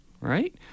right